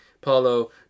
Paulo